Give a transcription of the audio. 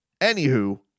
anywho